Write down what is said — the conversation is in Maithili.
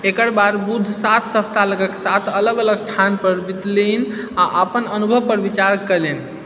एकर बाद बुद्ध सात सप्ताह लगक सात अलग अलग स्थान पर बितेलनि आ अपन अनुभवपर विचार कयलनि